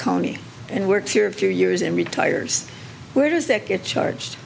county and work here a few years and retires where does that get charged